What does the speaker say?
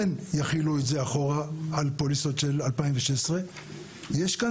כן יחילו את זה אחורה על פוליסות של 2016. יש כאן